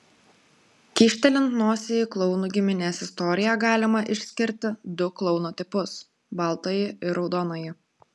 kyštelint nosį į klounų giminės istoriją galima išskirti du klouno tipus baltąjį ir raudonąjį